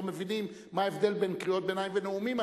מבינים מה ההבדל בין קריאות ביניים לנאומים,